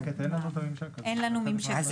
אין לנו ממשקים, את מאוד צודקת.